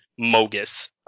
Mogus